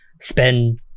spend